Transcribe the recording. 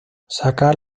sacar